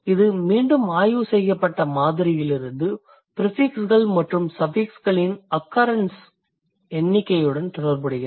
இது மீண்டும் ஆய்வு செய்யப்பட்ட மாதிரியிலிருந்து ப்ரிஃபிக்ஸ்கள் மற்றும் சஃபிக்ஸ்களின் occurrences எண்ணிக்கையுடன் தொடர்புடையது